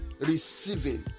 receiving